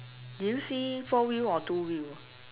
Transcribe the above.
do you see four wheel or two wheel